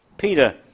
Peter